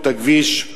הכביש,